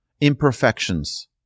imperfections